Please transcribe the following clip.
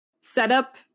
setup